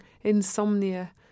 insomnia